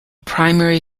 primary